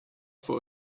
for